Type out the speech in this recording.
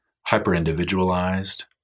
hyper-individualized